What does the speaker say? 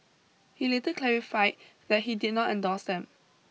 he later clarified that he did not endorse them